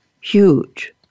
huge